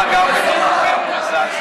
היחס שלכם לגר הגר בתוככם הוא מזעזע.